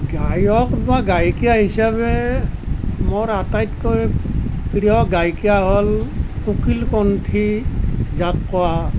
গায়ক বা গায়িকা হিচাপে মোৰ আটাইতকৈ প্ৰিয় গায়িকা হ'ল কোকিলকণ্ঠী যাক কোৱা